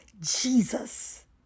Jesus